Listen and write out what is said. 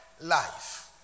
life